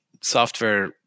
software